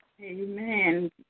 Amen